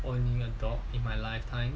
owning a dog in my lifetime